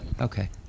Okay